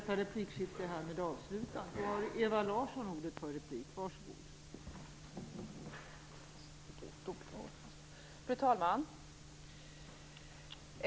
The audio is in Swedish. Fru talman!